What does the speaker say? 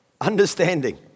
Understanding